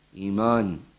Iman